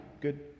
Good